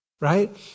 right